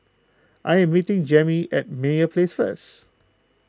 I am meeting Jamey at Meyer Place first